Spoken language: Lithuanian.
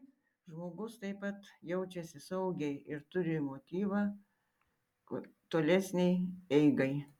žmogus taip pat jaučiasi saugiai ir turi motyvą tolesnei eigai